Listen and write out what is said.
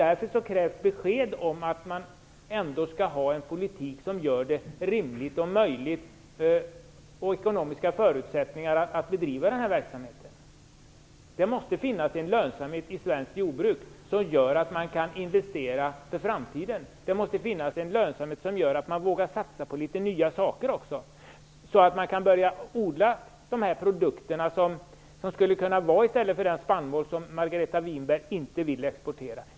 Därför krävs besked om att man skall föra en politik som gör det möjligt och som ger rimliga ekonomiska förutsättningar att bedriva den här verksamheten. Det måste finnas en lönsamhet i svenskt jordbruk som gör att man kan investera för framtiden. Det måste finnas en lönsamhet som gör att man vågar satsa på litet nya saker också, så att man kan börja odla de produkter som skulle kunna vara i stället för den spannmål som Margareta Winberg inte vill exportera.